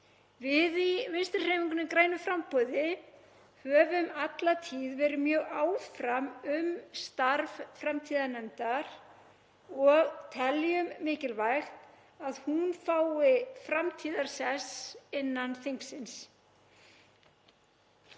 Við í Vinstrihreyfingunni – grænu framboði höfum alla tíð verið mjög áfram um starf framtíðarnefndar og teljum mikilvægt að hún fái framtíðarsess innan þingsins.